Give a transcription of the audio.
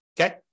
okay